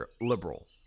liberal